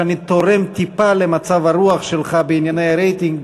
שאני תורם טיפה למצב הרוח שלך בענייני רייטינג: